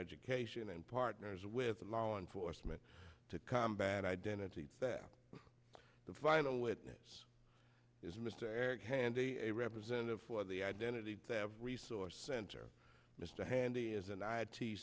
education and partners with allow enforcement to combat identity theft the vital witness is mr eric handy a representative for the identity of resource center mr handy is an i